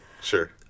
sure